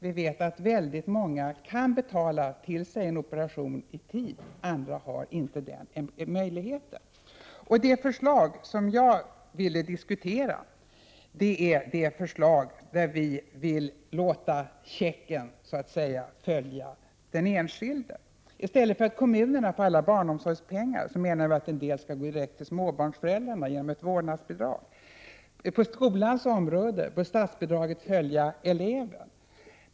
Vi vet att många kan betala för att få en operation i tid. Andra har inte den möjligheten. Det förslag som jag ville diskutera innebär att man så att säga låter checken följa den enskilde. Vi menar att i stället för att kommunerna får alla barnomsorgspengar skall en del gå direkt till småbarnsföräldrarna genom ett vårdnadsbidrag. På skolans område bör statsbidraget följa eleven.